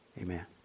Amen